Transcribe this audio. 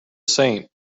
saint